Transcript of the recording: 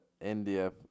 India